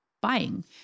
Buying